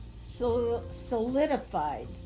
solidified